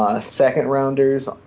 second-rounders